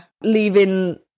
leaving